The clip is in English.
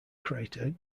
crater